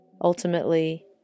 ultimately